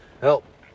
Help